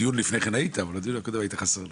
בדיון לפני כן היית אבל בדיון הקודם היית חסר לנו.